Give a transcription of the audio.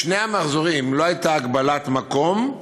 בשני המחזורים לא הייתה הגבלת מקום,